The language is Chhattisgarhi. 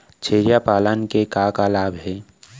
छेरिया पालन के का का लाभ हे?